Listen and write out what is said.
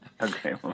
Okay